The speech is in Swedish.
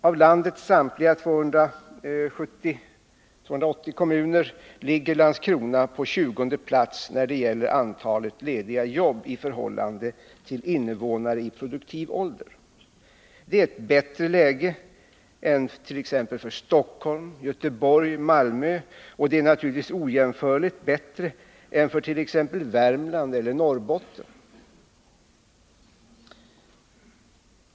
Av landets samtliga 270-280 kommuner ligger Landskrona på tjugonde plats när det gäller antalet lediga jobb i förhållande till invånare i produktiv ålder. Det är ett bättre läge än det man hart.ex. i Stockholm, Göteborg eller Malmö, och det är naturligtvis ojämnförligt bättre än läget i t.ex. Värmlands eller Norrbottens kommuner.